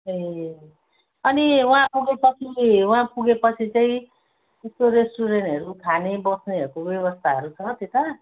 ए अनि वहाँ पुगेसकी वहाँ पुगेपछि चाहिँ त्यस्तो रेस्टुरेन्टहरू खाने बस्नेहरूको व्यवस्थाहरू छ त्यता